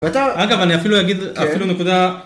ואתה.. אגב אני אפילו יגיד, אפילו נקודה